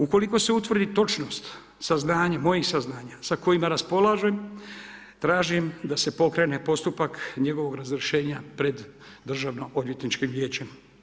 Ukoliko se utvrdi točnost saznanja, mojih saznanja sa kojima raspolažem, tražim da se pokrene postupak njegovog razrješenja pred Državno-odvjetničkim vijećem.